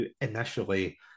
initially